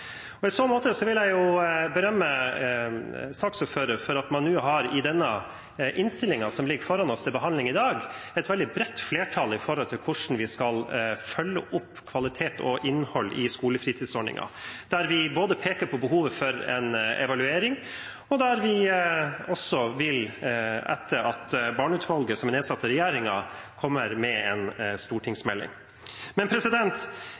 I så måte vil jeg berømme saksordføreren for at det i den innstillingen vi har til behandling i dag, er et veldig bredt flertall for hvordan vi skal følge opp kvalitet og innhold i skolefritidsordningen, der vi både peker på behovet for en evaluering, og der vi ber regjeringen – etter at barnefamilieutvalget, som er nedsatt av regjeringen, har avgitt sin innstilling – komme med en